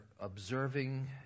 observing